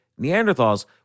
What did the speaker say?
Neanderthals